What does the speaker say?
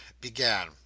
began